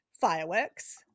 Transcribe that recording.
fireworks